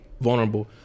vulnerable